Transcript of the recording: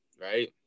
right